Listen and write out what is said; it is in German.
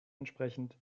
entsprechend